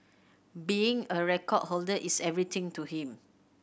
being a record holder is everything to him